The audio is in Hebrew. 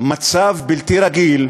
מצב בלתי רגיל,